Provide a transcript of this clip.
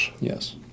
Yes